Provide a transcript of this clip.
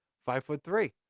five foot three.